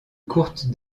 courte